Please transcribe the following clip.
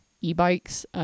e-bikes